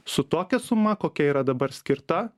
su tokia suma kokia yra dabar skirta